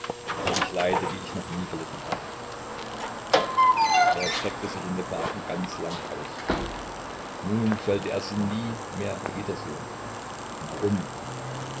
ich leide wie ich noch nie gelitten habe er streckte sich in dem wagen ganz lang aus nun solle er sie nie mehr wiedersehen warum